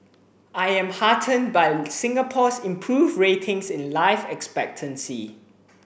I'm heartened by Singapore's improved ratings in life expectancy